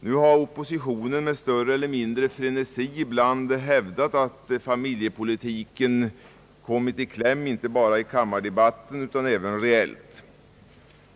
Nu har oppositionen med större eller mindre frenesi ibland hävdat, att familjepolitiken har kommit i kläm inte bara i kammarens debatter utan också reellt.